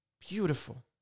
beautiful